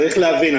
צריך להבין,